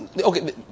okay